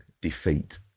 defeat